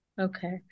Okay